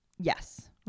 Yes